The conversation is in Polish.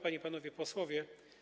Panie i Panowie Posłowie!